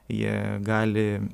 jie gali